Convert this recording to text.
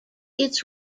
its